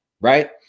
right